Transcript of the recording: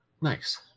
Nice